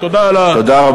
תודה על התיקון.